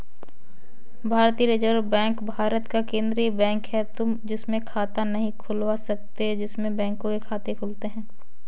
भारतीय reserve bank Bharat का केन्द्रीय बैंक है, तुम इसमें खाता नहीं खुलवा सकते इसमें बैंकों के खाते खुलते हैं